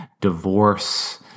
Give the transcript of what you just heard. divorce